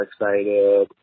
excited